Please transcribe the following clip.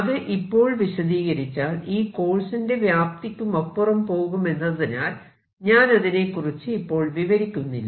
അത് ഇപ്പോൾ വിശദീകരിച്ചാൽ ഈ കോഴ്സിന്റെ വ്യാപ്തിക്കുമപ്പുറം പോകുമെന്നതിനാൽ ഞാനതിനെക്കുറിച്ച് ഇപ്പോൾ വിവരിക്കുന്നില്ല